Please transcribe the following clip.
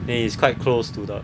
then it's quite close to the